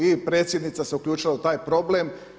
I predsjednica se uključila u taj problem.